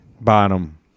Bottom